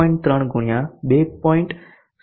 3 ગુણ્યા 2